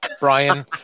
Brian